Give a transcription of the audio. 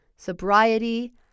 sobriety